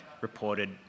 reported